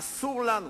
אסור לנו